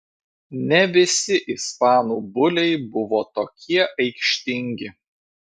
ne visi ispanų buliai buvo tokie aikštingi